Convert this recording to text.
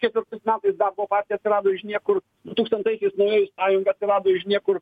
kaip ir metais darbo partija atsirado iš niekur du tūkstantaisiais naujoji sąjunga atsirado iš niekur